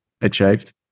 achieved